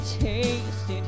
tasted